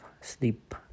sleep